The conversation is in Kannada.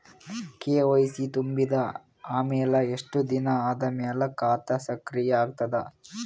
ಕೆ.ವೈ.ಸಿ ತುಂಬಿದ ಅಮೆಲ ಎಷ್ಟ ದಿನ ಆದ ಮೇಲ ಖಾತಾ ಸಕ್ರಿಯ ಅಗತದ?